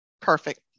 Perfect